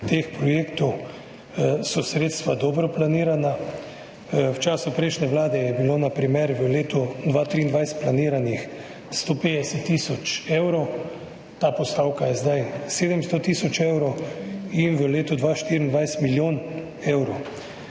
teh projektov sredstva dobro planirana. V času prejšnje vlade je bilo na primer v letu 2023 planiranih 150 tisoč evrov. Ta postavka je zdaj 700 tisoč evrov in v letu 2024 milijon evrov.